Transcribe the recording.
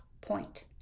point